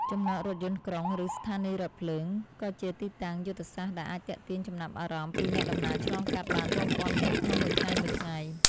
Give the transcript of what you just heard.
ចំណតរថយន្តក្រុង ឬស្ថានីយរថភ្លើង ក៏ជាទីតាំងយុទ្ធសាស្ត្រដែលអាចទាក់ទាញចំណាប់អារម្មណ៍ពីអ្នកដំណើរឆ្លងកាត់បានរាប់ពាន់នាក់ក្នុងមួយថ្ងៃៗ។